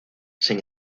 sin